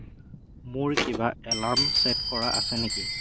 মোৰ কিবা alarm set কৰা আছে নেকি